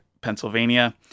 Pennsylvania